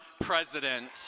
president